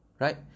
right